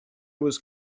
was